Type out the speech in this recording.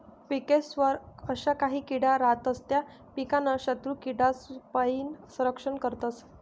पिकेस्वर अशा काही किडा रातस त्या पीकनं शत्रुकीडासपाईन संरक्षण करतस